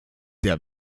der